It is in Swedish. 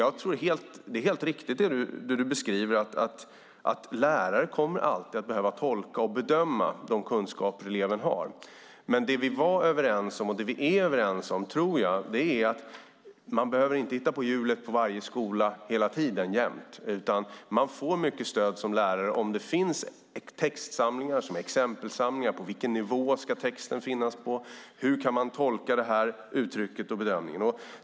Det är helt riktigt som skolministern säger att lärare alltid kommer att behöva tolka och bedöma de kunskaper eleven har, men jag tror att vi var, och är, överens om att man inte hela tiden behöver uppfinna hjulet vid varje skola, utan man får som lärare mycket stöd om det finns textsamlingar, exempelsamlingar, som visar på vilken nivå texten ska ligga, hur man kan tolka uttrycket och bedömningen.